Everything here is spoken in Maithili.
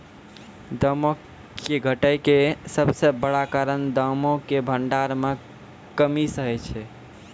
दामो के घटै के सभ से बड़ो कारण दामो के भंडार मे कमी सेहे छै